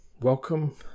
welcome